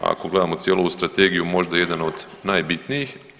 Ako gledamo cijelu ovu Strategiju možda jedan od najbitnijih.